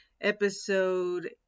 episode